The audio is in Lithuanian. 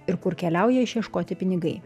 ir kur keliauja išieškoti pinigai